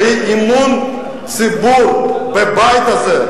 והיא אמון הציבור בבית הזה.